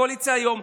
הקואליציה היום,